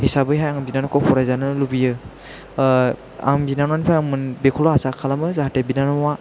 हिसाबै हाय आं बिनानावखौ फरायजानो लुबैयो आं बिनानावनिफ्राय बेखौल' आसा खालामो जाहाथे बिनानावा